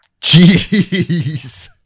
Jeez